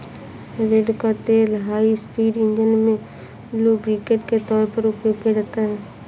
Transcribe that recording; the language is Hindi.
रेड़ का तेल हाई स्पीड इंजन में लुब्रिकेंट के तौर पर उपयोग किया जाता है